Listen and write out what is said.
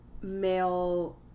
male